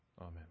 Amen